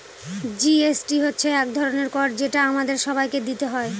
GST হচ্ছে এক ধরনের কর যেটা আমাদের সবাইকে দিতে হয়